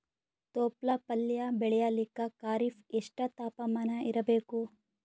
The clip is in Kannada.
ತೊಪ್ಲ ಪಲ್ಯ ಬೆಳೆಯಲಿಕ ಖರೀಫ್ ಎಷ್ಟ ತಾಪಮಾನ ಇರಬೇಕು?